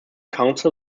council